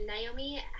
Naomi